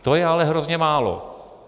To je ale hrozně málo.